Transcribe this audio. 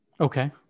Okay